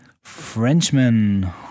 Frenchman